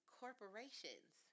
corporations